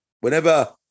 Whenever